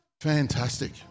Fantastic